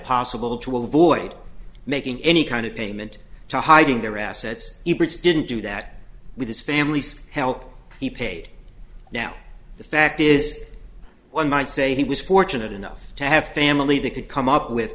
possible to avoid making any kind of payment to hiding their assets didn't do that with his family's help he paid now the fact is one might say he was fortunate enough to have family they could come up with